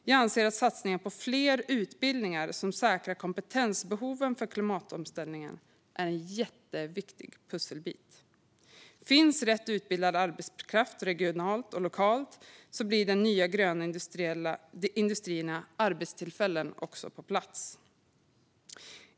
Jag anser att satsningar på fler utbildningar som säkrar kompetensbehoven för klimatomställningen är en jätteviktig pusselbit. Om det finns rätt utbildad arbetskraft regionalt och lokalt ger de nya gröna industrierna arbetstillfällen också på plats.